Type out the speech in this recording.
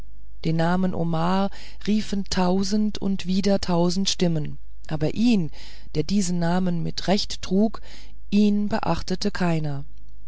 den namen omar riefen tausend und wieder tausend stimmen aber ihn der diesen namen mit recht trug ihn beachtete keiner